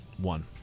One